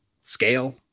scale